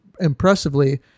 impressively